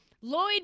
Lloyd